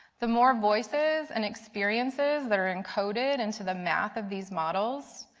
the more voices and experiences that are encoded into the mass of these models,